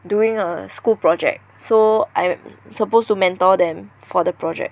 doing a school project so I'm supposed to mentor them for the project